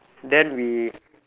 then we